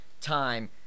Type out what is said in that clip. time